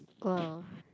!wow!